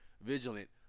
vigilant